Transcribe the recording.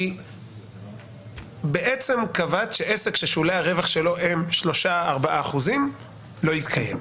כי בעצם קבעת שעסק ששולי הרווח שלו הם 3%-4% לא יתקיים.